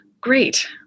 Great